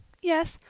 yes,